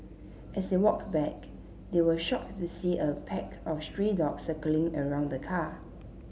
as they walked back they were shocked to see a pack of stray dogs circling around the car